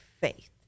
faith